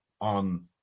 on